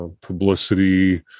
publicity